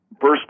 First